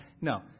No